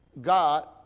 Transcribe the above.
God